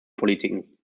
politiken